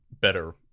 better